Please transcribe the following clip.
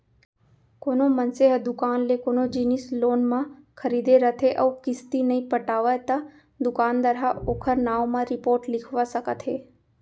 कोनो मनसे ह दुकान ले कोनो जिनिस लोन म खरीदे रथे अउ किस्ती नइ पटावय त दुकानदार ह ओखर नांव म रिपोट लिखवा सकत हे